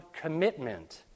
commitment